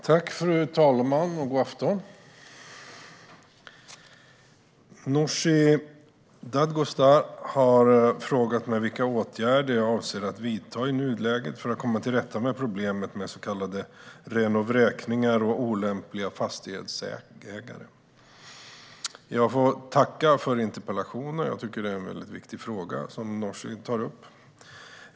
Fru talman! God afton! Nooshi Dadgostar har frågat mig vilka åtgärder jag avser att vidta i nuläget för att komma till rätta med problemet med så kallade renovräkningar och olämpliga fastighetsägare. Jag får tacka för interpellationen. Jag tycker att det är en väldigt viktig fråga som Nooshi tar upp.